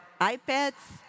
iPads